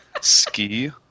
ski